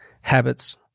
habits